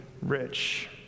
rich